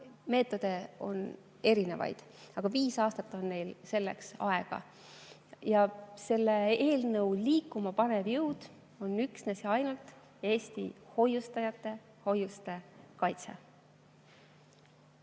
Meetodeid on erinevaid, aga viis aastat on neil selleks aega. Selle eelnõu liikumapanev jõud on üksnes ja ainult Eesti hoiustajate hoiuste kaitse.